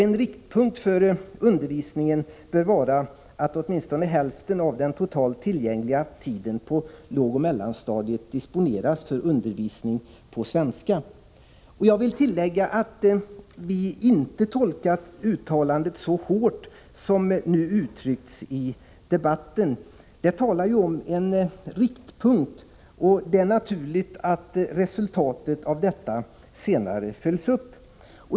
En riktpunkt för undervisningen bör vara att åtminstone hälften av den totalt tillgängliga tiden på lågoch mellanstadiet disponeras för undervisning på svenska. Jag vill tillägga att vi inte tolkat uttalandet så hårt som man gett uttryck för i den här debatten. Det talas ju om en riktpunkt. Det är således naturligt att resultatet härvidlag senare följs upp.